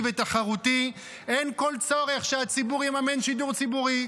ותחרותי אין כל צורך שהציבור יממן שידור ציבורי,